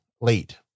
late